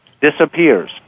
disappears